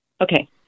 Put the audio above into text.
Okay